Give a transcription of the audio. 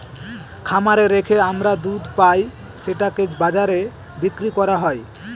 খামারে রেখে আমরা দুধ পাই সেটাকে বাজারে বিক্রি করা হয়